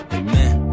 amen